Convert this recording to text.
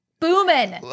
booming